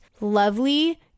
lovely